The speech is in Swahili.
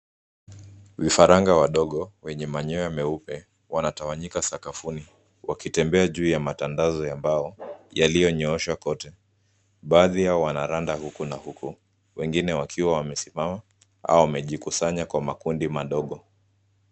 Vifaranga wadogo wenye manyoya meupe, wanatawanyika sakafuni wakitembea juu ya matandazo ya mbao yaliyonyooshwa kote . Baadhi yao wanaranda huku na huko , wengine wakiwa wamesimama au wamejikusanya kwa makundi madogo